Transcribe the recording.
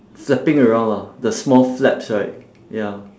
flapping around ah the small flaps right ya